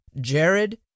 Jared